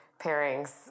pairings